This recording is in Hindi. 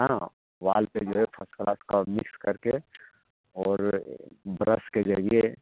हाँ वाल पर जी है फर्स्ट क्लास फर्निश्ड करके और ब्रश के ज़रिये